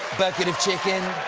bucket of chicken,